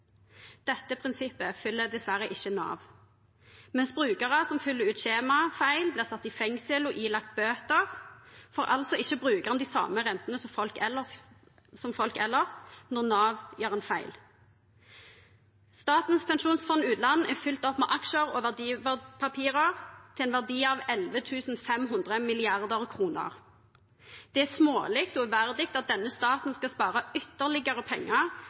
Dette prinsippet følger dessverre ikke Nav. Mens brukere som fyller ut skjema feil, blir satt i fengsel og ilagt bøter, får altså ikke brukeren de samme rentene som folk ellers når Nav gjør en feil. Statens pensjonsfond utland er fylt opp med aksjer og verdipapirer til en verdi av 11 500 mrd. kr. Det er smålig og uverdig at denne staten skal spare ytterligere penger